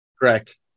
Correct